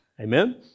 Amen